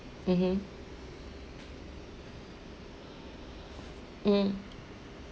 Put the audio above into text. mmhmm mm